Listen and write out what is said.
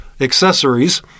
accessories